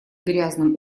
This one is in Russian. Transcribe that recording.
грязном